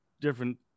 different